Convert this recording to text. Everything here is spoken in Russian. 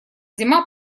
зима